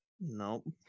Nope